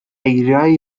eiriau